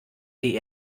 die